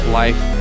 life